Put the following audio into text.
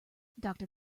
doctor